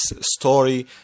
story